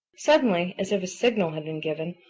suddenly, as if a signal had been given,